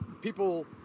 people